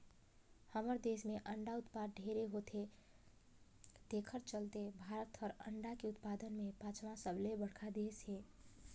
हमर देस में अंडा उत्पादन ढेरे होथे तेखर चलते भारत हर अंडा के उत्पादन में पांचवा सबले बड़खा देस हे